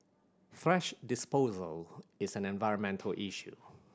thrash disposal is an environmental issue